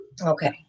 okay